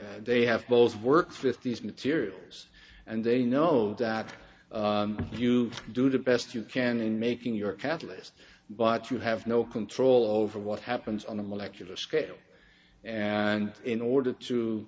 d they have both work fifty's materials and they know that if you do the best you can in making your catalyst but you have no control over what happens on a molecular scale and in order to